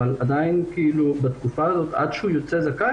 אבל עדיין בתקופה הזאת עד שהוא יוצא זכאי